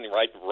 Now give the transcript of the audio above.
right